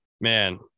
man